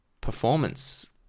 performance